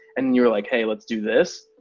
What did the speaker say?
and you were like, hey, let's do this.